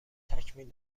تکمیل